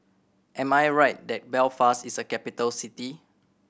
am I right that Belfast is a capital city